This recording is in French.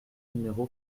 numéro